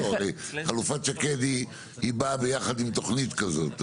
חלופת שקד היא באה ביחד עם תוכנית כזאת,